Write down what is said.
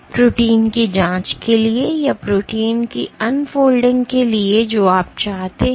तो प्रोटीन की जांच के लिए या प्रोटीन की अनफोल्डिंग के लिए जो आप चाहते हैं